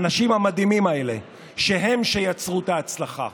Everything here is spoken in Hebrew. האנשים המדהימים האלה הם שיצרו את ההצלחה.